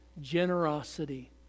generosity